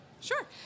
Sure